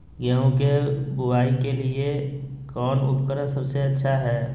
गेहूं के बुआई के लिए कौन उपकरण सबसे अच्छा है?